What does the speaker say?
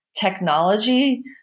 technology